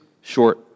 short